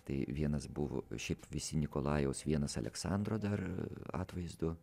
tai vienas buvo šiaip visi nikolajaus vienas aleksandro dar atvaizdu